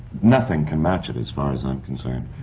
nothing can match it, as far as i'm concerned.